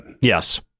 Yes